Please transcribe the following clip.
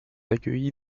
accueillis